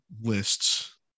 lists